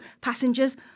passengers